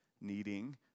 needing